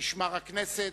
משמר הכנסת,